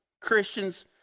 Christians